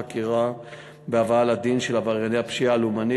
חקירה והבאה לדין של עברייני הפשיעה הלאומנית.